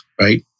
right